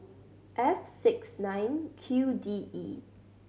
F six nine Q D E